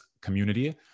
community